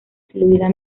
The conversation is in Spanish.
fluida